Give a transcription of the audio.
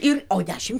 ir o dešim